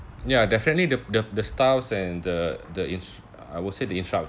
ya definitely the the the styles and the the in~ I would say the instructors